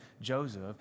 Joseph